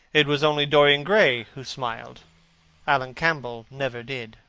it was only dorian gray who smiled alan campbell never did.